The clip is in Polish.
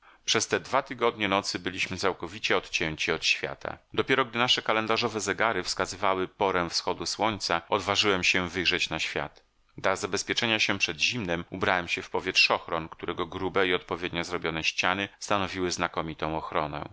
przez te dwa tygodnie nocy byliśmy całkowicie odcięci od świata dopiero gdy nasze kalendarzowe zegary wskazywały porę wschodu słońca odważyłem się wyjrzeć na świat dla zabezpieczenia się przed zimnem ubrałem się w powietrzochron którego grube i odpowiednio zrobione ściany stanowiły znakomitą ochronę